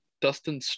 Dustin